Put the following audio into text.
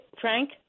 Frank